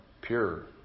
pure